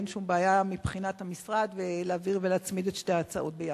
אין שום בעיה מבחינת המשרד להעביר ולהצמיד את שתי ההצעות ביחד.